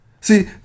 See